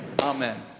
Amen